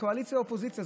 קואליציה ואופוזיציה,